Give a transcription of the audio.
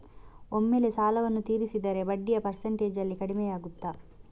ಒಮ್ಮೆಲೇ ಸಾಲವನ್ನು ತೀರಿಸಿದರೆ ಬಡ್ಡಿಯ ಪರ್ಸೆಂಟೇಜ್ನಲ್ಲಿ ಕಡಿಮೆಯಾಗುತ್ತಾ?